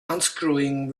unscrewing